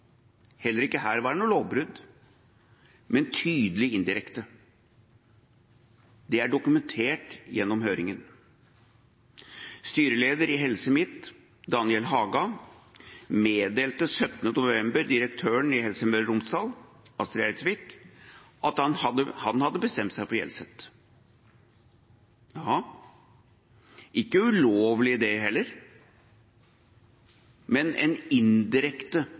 heller ikke her var det noe lovbrudd, men tydelig indirekte. Det er dokumentert gjennom høringen. Styreleder i Helse Midt, Daniel Haga, meddelte 17. november direktøren i Helse Møre og Romsdal, Astrid Eidsvik, at han hadde bestemt seg for Hjelset. Det var ikke ulovlig, det heller, men en indirekte